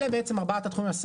אלה ארבעת הדברים,